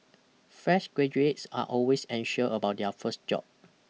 fresh graduates are always anxious about their first job